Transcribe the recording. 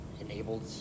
enabled